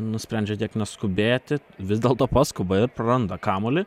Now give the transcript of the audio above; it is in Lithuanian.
nusprendžia tiek neskubėti vis dėlto paskuba ir praranda kamuolį